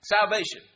Salvation